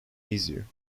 easier